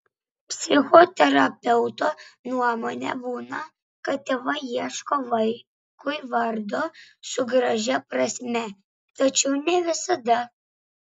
psichoterapeuto nuomone būna kad tėvai ieško vaikui vardo su gražia prasme tačiau ne visada